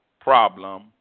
problem